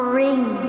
ring